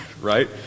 Right